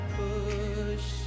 push